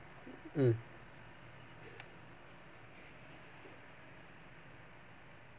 mm